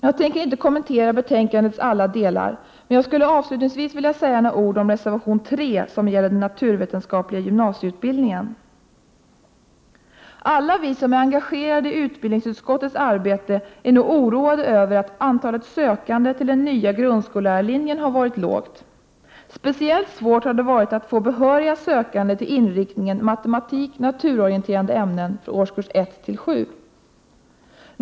Jag tänker inte kommentera betänkandets alla delar, men jag skulle avslutningsvis vilja säga några ord om reservation 3, som gäller den naturvetenskapliga gymnasieutbildningen. Vi som är engagerade i utbildningsutskottets arbete är nog alla oroade över att antalet sökande till den nya grundskollärarlinjen varit lågt. Speciellt svårt har det varit att få behöriga sökande till inriktningen matematik—naturorienterande ämnen för årskurserna 1—7.